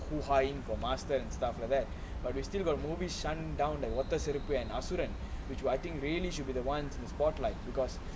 hoohaing him for master and stuff like that but we still got the movies shut down like which were I think really should be the ones in the spotlight because